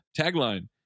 Tagline